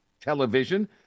television